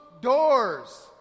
doors